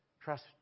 trust